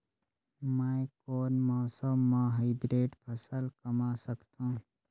मै कोन मौसम म हाईब्रिड फसल कमा सकथव?